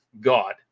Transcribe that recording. God